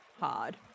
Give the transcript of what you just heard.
hard